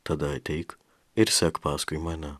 tada ateik ir sek paskui mane